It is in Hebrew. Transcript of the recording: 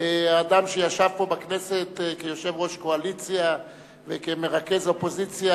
אדם שישב פה בכנסת כיושב-ראש קואליציה וכמרכז אופוזיציה,